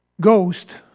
Ghost